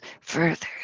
further